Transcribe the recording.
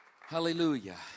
Hallelujah